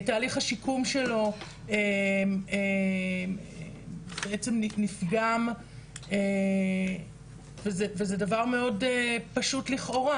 תהליך השיקום שלו בעצם נפגם וזה דבר מאוד פשוט לכאורה,